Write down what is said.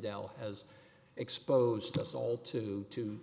dela has exposed us all to to